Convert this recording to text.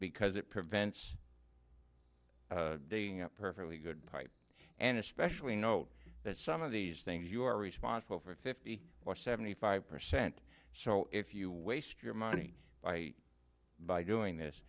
because it prevents dating a perfectly good pipe and especially note that some of these things you're responsible for fifty seventy five percent so if you waste your money by by doing this